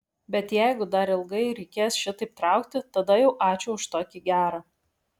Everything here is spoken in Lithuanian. bet jeigu dar ilgai reikės šitaip traukti tada jau ačiū už tokį gerą